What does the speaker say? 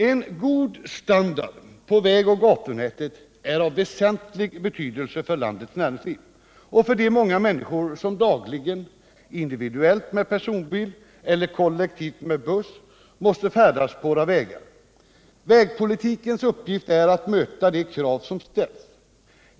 En god standard på vägoch gatunätet är av väsentlig betydelse för landets näringsliv och för de många människor som dagligen, individuellt med personbil eller kollektivt med buss, måste färdas på våra vägar. Vägpolitikens uppgift är att möta de krav som ställs.